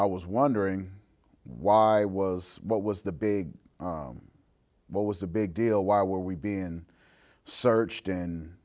i was wondering why was what was the big what was the big deal why were we been searched